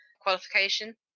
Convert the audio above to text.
qualification